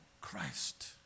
Christ